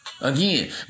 Again